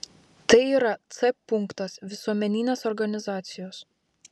tai yra c punktas visuomeninės organizacijos